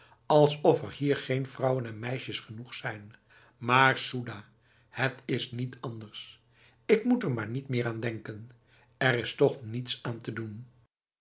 alsof er hier geen vrouwen en meisjes genoeg zijn maar soedah het is niet anders ik moet er maar niet meer aan denken er is toch niets aan te doenf